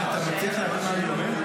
אתה מצליח להבין מה אני מדבר?